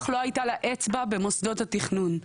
אך לא הייתה לה אצבע במוסדות התכנון.